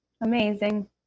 Amazing